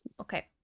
Okay